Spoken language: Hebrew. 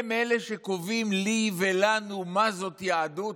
הם אלה שקובעים לי ולנו מה זאת יהדות,